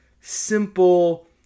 simple